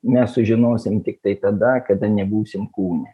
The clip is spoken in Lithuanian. mes sužinosim tiktai tada kada nebūsim kūne